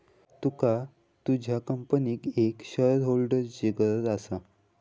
तुका तुझ्या कंपनीक एक शेअरहोल्डरची गरज असा